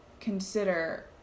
consider